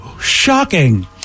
Shocking